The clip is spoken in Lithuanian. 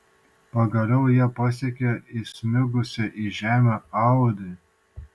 pagaliau jie pasiekė įsmigusią į žemę audi